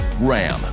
Ram